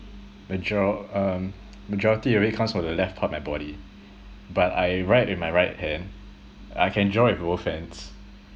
major~ um majority already comes from the left part of my body but I write with my right hand I can draw with both hands